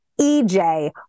EJ